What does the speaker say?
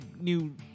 new